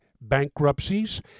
bankruptcies